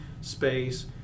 space